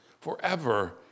forever